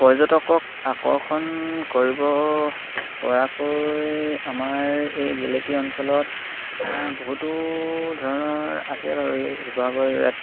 পৰ্যটকক আকৰ্ষণ কৰিব পৰাকৈ আমাৰ এই গিলেকী অঞ্চলত বহুতো ধৰণৰ আছে বাৰু শিৱসাগৰ